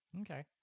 okay